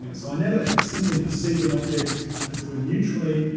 you know so i never simply perceive an object as it were neutrally,